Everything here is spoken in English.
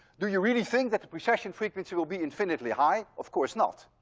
do you really think that the precession frequency will be infinitely high? of course not.